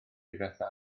difetha